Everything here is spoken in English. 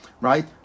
Right